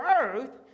earth